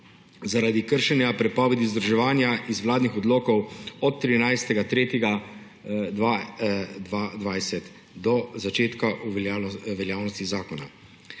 zaradi kršenja prepovedi združevanja iz vladnih odlokov od 13. 3. 2020 do začetka veljavnosti zakona.